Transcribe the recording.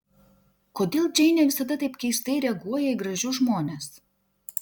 kodėl džeinė visada taip keistai reaguoja į gražius žmones